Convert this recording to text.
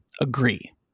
Agree